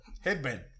Headband